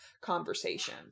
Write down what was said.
conversation